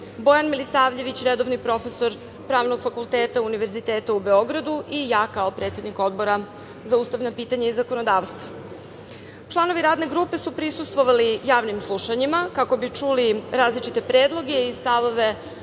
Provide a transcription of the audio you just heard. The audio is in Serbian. Bojan Milisavljević, redovni profesor Pravnog fakulteta Univerziteta u Beogradu i ja kao predsednik Odbora za ustavna pitanja i zakonodavstvo. Članovi Radne grupe su prisustvovali javnim slušanjima, kako bi čuli različite predloge i stavove